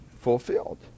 fulfilled